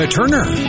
Turner